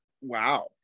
wow